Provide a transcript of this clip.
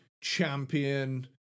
champion